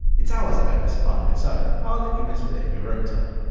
it's hours of endless fun on its own but i'll let you mess with it in your own time.